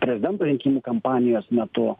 prezidento rinkimų kampanijos metu